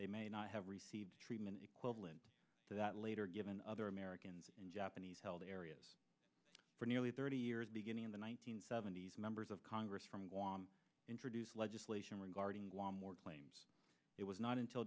they may not have received treatment equivalent to that later given other americans and japanese held areas for nearly thirty years beginning in the one nine hundred seventy s members of congress from guam introduced legislation regarding law more claims it was not until